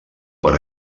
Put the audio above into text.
per